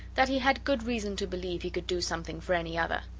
that he had good reason to believe he could do something for any other.